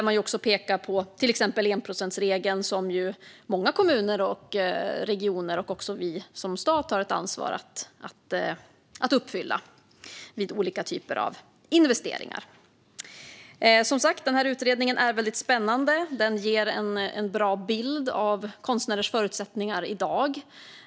Man pekar på till exempel enprocentsregeln, som ju många kommuner och regioner - och även vi som stat - har ett ansvar att uppfylla vid olika typer av investeringar. Utredningen är som sagt spännande och ger en bra bild av konstnärers förutsättningar i dag.